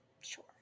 Sure